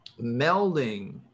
melding